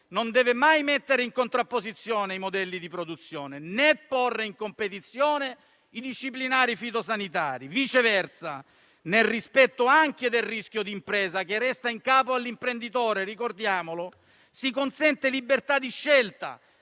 non deve mai mettere in contrapposizione i modelli di produzione, né porre in competizione i disciplinari fitosanitari. Viceversa, nel rispetto anche del rischio di impresa che resta in capo all'imprenditore, si consente libertà di scelta